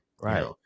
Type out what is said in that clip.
Right